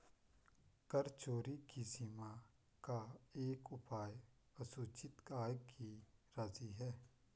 कर चोरी की सीमा का एक उपाय असूचित आय की राशि है